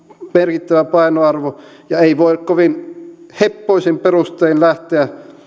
merkittävä painoarvo ja ei voi kovin heppoisin perustein lähteä